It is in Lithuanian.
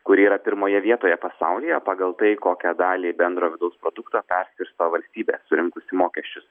kuri yra pirmoje vietoje pasaulyje pagal tai kokią dalį bendro vidaus produkto perskirsto valstybė surinkusi mokesčius